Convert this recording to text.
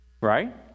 Right